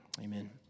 Amen